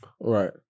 Right